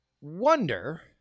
wonder